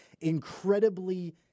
incredibly